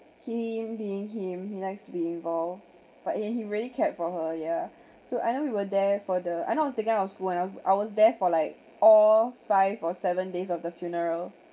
he being him he likes to be involved but then he really cared for her ya so I know we were there for the I know I was taken out of school and I was there for like all five or seven days of the funeral